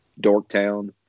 Dorktown